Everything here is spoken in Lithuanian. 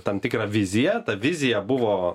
tam tikrą viziją ta vizija buvo